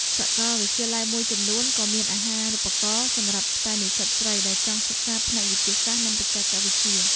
សាកលវិទ្យាល័យមួយចំនួនក៏មានអាហារូបករណ៍សម្រាប់តែនិស្សិតស្រីដែលចង់សិក្សាផ្នែកវិទ្យាសាស្ត្រនិងបច្ចេកវិទ្យា។